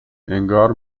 انگار